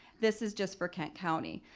this is just for kent county.